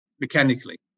mechanically